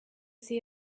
see